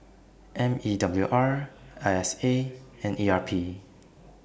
M E W R I S A and E R P